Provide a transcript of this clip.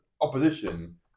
opposition